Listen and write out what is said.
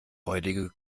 räudige